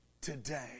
today